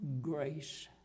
grace